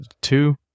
two